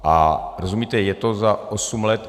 A rozumíte, je to za osm let.